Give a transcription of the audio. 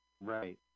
Right